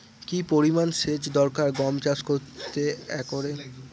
কি পরিমান সেচ দরকার গম চাষ করতে একরে?